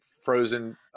frozen